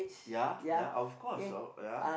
ya ya of course oh ya